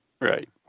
Right